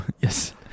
Yes